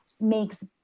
makes